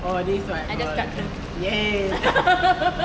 I just dug in